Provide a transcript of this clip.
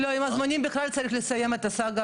שאנחנו לא רוצים כרגע להעמיס.